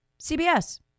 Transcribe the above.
CBS